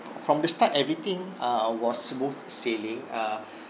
from the start everything err was smooth sailing uh